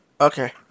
Okay